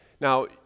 Now